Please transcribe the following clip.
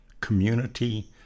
community